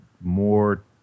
more